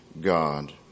God